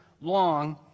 long